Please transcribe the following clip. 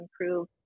improve